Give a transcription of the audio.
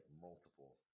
multiple